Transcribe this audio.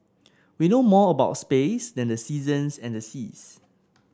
we know more about space than the seasons and the seas